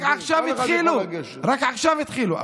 רק עכשיו התחילו, רק עכשיו התחילו.